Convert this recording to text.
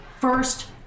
first